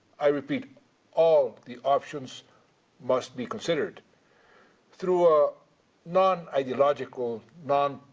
i repeat all the options must be considered through a non-ideological, but